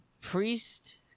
priest